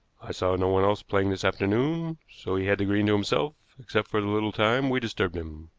i saw no one else playing this afternoon, so he had the green to himself, except for the little time we disturbed him.